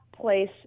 place